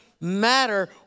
matter